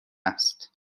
است